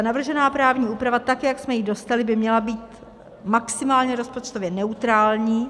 Navržená právní úprava, jak jsme ji dostali, by měla být maximálně rozpočtově neutrální.